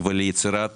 וליצירת